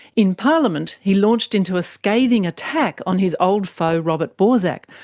in parliament he launched into a scathing attack on his old foe robert borsak,